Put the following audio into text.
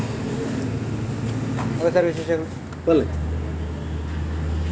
ಗೇರು ಕೃಷಿ ಯಾವ ತಿಂಗಳಲ್ಲಿ ಮಾಡಿದರೆ ಒಳ್ಳೆಯದು?